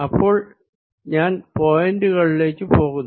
അപ്പോൾ ഞാൻ പോയിന്റുകളിലേക്ക് പോകുന്നു